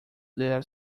that